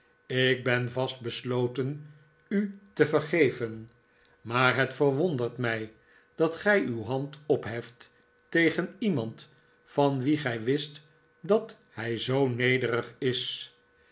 ik ben vast besloten u te vergeven maar het verwondert mij dat gij uw hand opheft tegen iemand van wien gij wist dat hij zoo nederig is